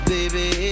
Baby